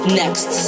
next